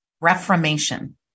Reformation